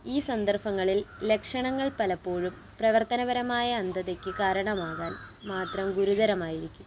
ഈ സന്ദർഭങ്ങളിൽ ലക്ഷണങ്ങൾ പലപ്പോഴും പ്രവർത്തനപരമായ അന്ധതയ്ക്ക് കാരണമാകാൻ മാത്രം ഗുരുതരമായിരിക്കും